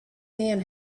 man